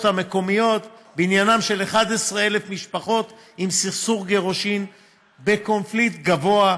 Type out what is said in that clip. המקומיות בעניינן של 11,000 משפחות בסכסוך גירושים בקונפליקט גבוה.